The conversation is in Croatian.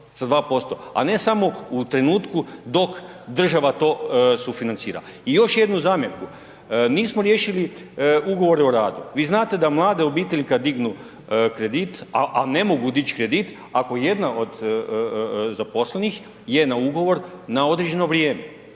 a ne samo u trenutku dok država to sufinancira. I još jednu zamjerku nismo riješili ugovore o radu. Vi znate da mlade obitelji kad dignu kredit, a ne mogu dići kredit ako jedna od zaposlenih je na ugovor na određeno vrijeme.